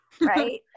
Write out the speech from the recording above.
right